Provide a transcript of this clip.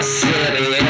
city